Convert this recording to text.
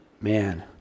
man